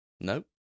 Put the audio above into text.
Nope